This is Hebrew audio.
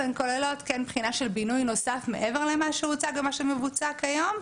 אבל הן כוללות כן בחינה של בינוי נוסף מעבר למה שהוצג ומה שמבוצע כיום,